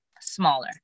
smaller